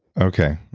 okay.